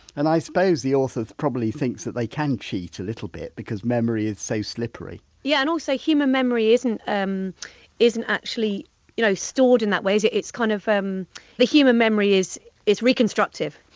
and i suppose the author probably thinks that they can cheat a little bit because memory is so slippery yeah and also human memory isn't um isn't actually you know stored in that way, is it, it's kind of um the human memory is is reconstructive,